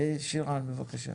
שרן השכל בבקשה.